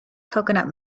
coconut